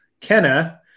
Kenna